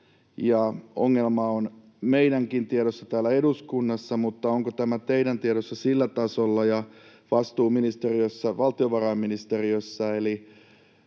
Ongelma on meidänkin tiedossamme täällä eduskunnassa, mutta onko tämä sillä tasolla teidän tiedossanne ja vastuuministeriössä, valtiovarainministeriössä?